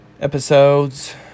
episodes